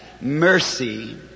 mercy